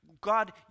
God